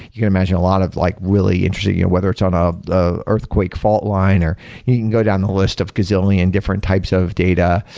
you could imagine a lot of like really interesting whether it's on ah an earthquake fault line, or you can go down the list of gazillion different types of data.